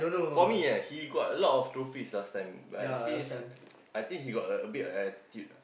for me ah he got a lot of trophies last time but since I think he got a bit of attitude ah